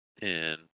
Ten